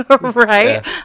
Right